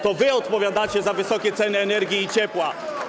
To wy odpowiadacie za wysokie ceny energii i ciepła.